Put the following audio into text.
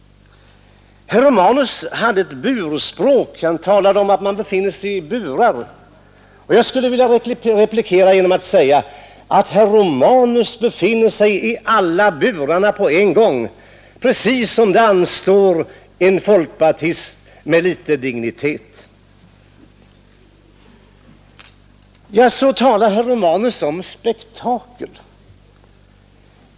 Herr Romanus använde ett bur-språk. Han talade om att man befinner sig i burar. Jag skulle vilja replikera att herr Romanus befinner sig i alla burarna på en gång — precis som det anstår en folkpartist med litet dignitet. Vidare talar herr Romanus om spektakel.